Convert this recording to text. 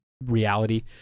reality